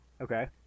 Okay